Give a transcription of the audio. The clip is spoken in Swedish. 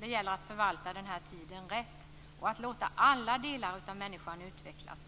Det gäller att förvalta tiden rätt och att låta alla delar av människan utvecklas.